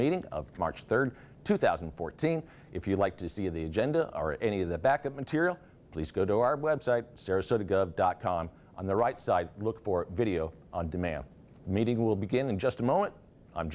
meeting of march third two thousand and fourteen if you like to see the agenda or any of the back up material please go to our website sarasota gov dot com on the right side look for video on demand meeting will begin in just a moment i'm